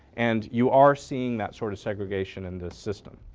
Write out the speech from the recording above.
and you are seeing that sort of segregation in this system.